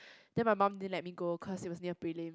then my mum didn't let me go cause it was near prelim